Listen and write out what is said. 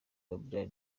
abdul